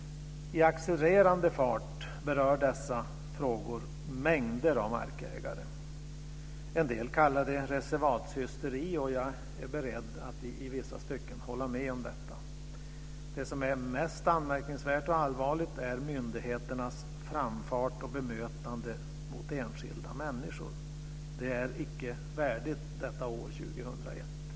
I accelererande fart berör dessa frågor mängder av markägare. En del kallar det reservatshysteri, och jag är beredd att i vissa stycken hålla med om detta. Det som är mest anmärkningsvärt och allvarligt är myndigheternas framfart och bemötande av enskilda människor. Det är icke värdigt detta år 2001.